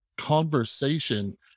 conversation